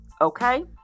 Okay